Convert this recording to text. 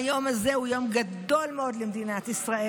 היום הזה הוא יום גדול מאוד למדינת ישראל.